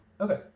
okay